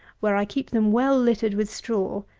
where i keep them well littered with straw,